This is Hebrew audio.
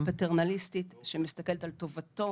בפטרנליזם על טובתו